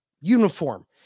uniform